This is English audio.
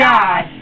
God